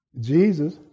Jesus